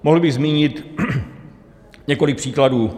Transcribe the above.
Mohl bych zmínit několik příkladů.